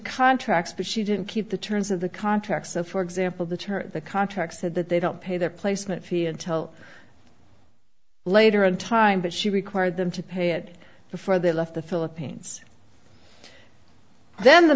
contracts but she didn't keep the terms of the contract so for example the chair the contract said that they don't pay their placement fee until later in time but she required them to pay it before they left the philippines then the